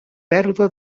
pèrdua